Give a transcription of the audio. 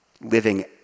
living